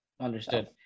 understood